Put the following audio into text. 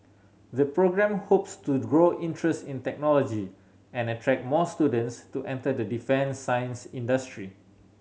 the programme hopes to grow interest in technology and attract more students to enter the defence science industry